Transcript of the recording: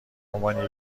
عنوان